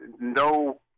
no